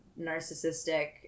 narcissistic